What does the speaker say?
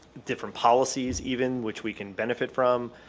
different policies even which we can benefit from.